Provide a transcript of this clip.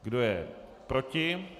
Kdo je proti?